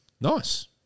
Nice